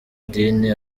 idini